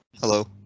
Hello